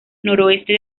noroeste